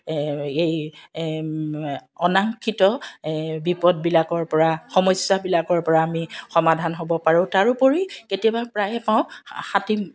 এই অনাংশিত এই বিপদবিলাকৰ পৰা সমস্যাবিলাকৰ পৰা আমি সমাধান হ'ব পাৰোঁ তাৰোপৰি কেতিয়াবা প্ৰায়ে পাওঁ